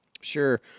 Sure